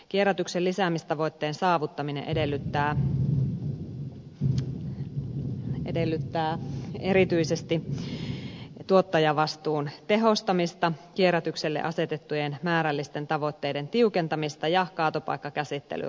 kierrätyksen lisäämistavoitteen saavuttaminen edellyttää erityisesti tuottajavastuun tehostamista kierrätykselle asetettujen määrällisten tavoitteiden tiukentamista ja kaatopaikkakäsittelyn rajoittamista